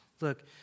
Look